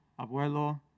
Abuelo